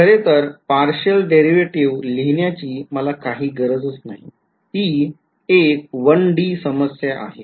खरे तर partial derivative लिहिण्याची मला काहीच गरज नाहीये ती एक 1D समस्या आहे